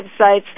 websites